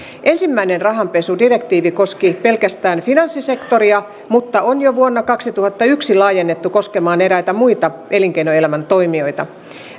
ensimmäinen rahanpesudirektiivi koski pelkästään finanssisektoria mutta on jo vuonna kaksituhattayksi laajennettu koskemaan eräitä muita elinkeinoelämän toimijoita